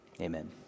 Amen